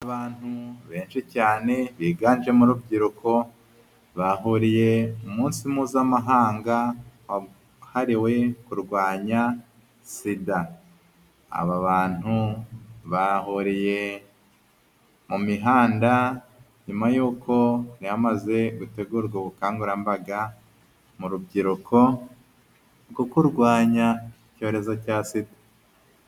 Abantu benshi cyane biganjemo urubyiruko, bahuriye mu munsi mpuzamahanga wahariwe kurwanya SIDA. Abo bantu bahuriye mu mihanda nyuma yuko hari hamaze gutegurwa ubukangurambaga mu rubyiruko rwo kurwanya icyorezo cya SIDA.